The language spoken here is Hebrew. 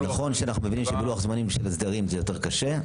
נכון שאנחנו מבינים שבלוח זמנים של הסדרים זה יותר קשה.